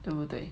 对不对